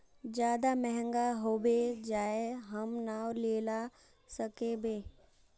ज्यादा महंगा होबे जाए हम ना लेला सकेबे?